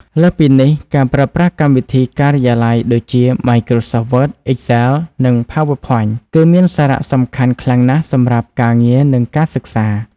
លើសពីនេះ ការប្រើប្រាស់កម្មវិធីការិយាល័យដូចជា Microsoft Word, Excel, និង PowerPoint គឺមានសារៈសំខាន់ខ្លាំងណាស់សម្រាប់ការងារនិងការសិក្សា។